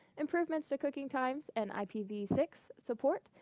improvements to cooking times and i p v six support.